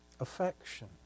Affection